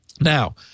Now